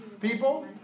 people